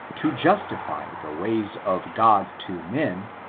to justify the ways of god to men,